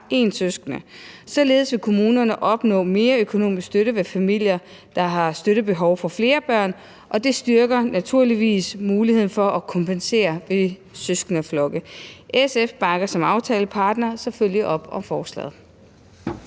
én søskende. Således vil kommunerne opnå mere økonomisk støtte til familier, der har støttebehov for flere børn, og det styrker naturligvis muligheden for at kompensere i tilfælde med søskendeflokke. SF bakker som aftalepartner selvfølgelig op om forslaget.